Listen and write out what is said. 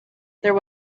there